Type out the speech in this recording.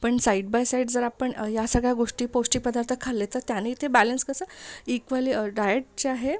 पण side by side जर आपण या सगळ्या गोष्टी पौष्टिक पदार्थ खाल्ले तर त्याने ते बॅलंस कसं इक्वल डायटचं आहे